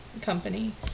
company